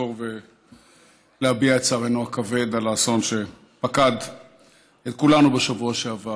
לחזור ולהביע את צערנו הכבד על האסון שפקד את כולנו בשבוע שעבר,